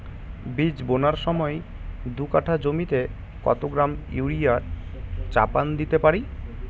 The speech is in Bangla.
বীজ বোনার সময় দু কাঠা জমিতে কত গ্রাম ইউরিয়া চাপান দিতে পারি?